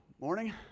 Morning